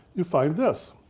you find this,